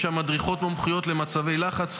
יש שם מדריכות מומחיות למצבי לחץ,